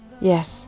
Yes